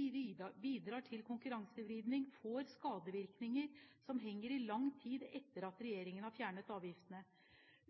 avgifter som bidrar til konkurransevridning, får skadevirkninger som henger i i lang tid etter at regjeringen har fjernet avgiftene.